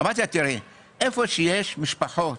אמרתי לה: איפה שיש משפחות